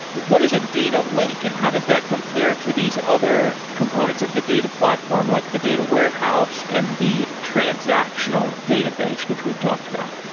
what is a data lake and how does that compare to these other components of the data platform, like the data warehouse and the transactional database which we've talked about?